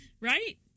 Right